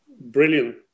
brilliant